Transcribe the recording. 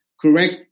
correct